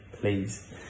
please